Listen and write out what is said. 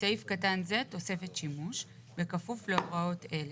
(בסעיף קטן זה, תוספת שימוש) בכפוף להוראות אלה: